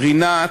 רינת,